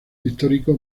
histórico